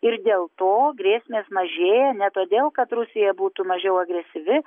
ir dėl to grėsmės mažėja ne todėl kad rusija būtų mažiau agresyvi